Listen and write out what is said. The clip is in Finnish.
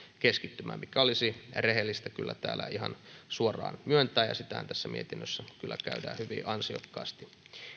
keskittymään mikä olisi kyllä rehellistä täällä ihan suoraan myöntää ja sitähän tässä mietinnössä kyllä käydään hyvin ansiokkaasti